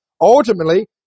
ultimately